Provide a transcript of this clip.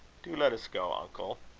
do let us go, uncle.